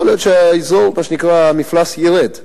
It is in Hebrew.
יכול להיות שהאזור, מה שנקרא המפלס ירד.